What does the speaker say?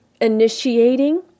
initiating